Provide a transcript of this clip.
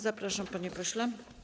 Zapraszam, panie pośle.